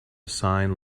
sign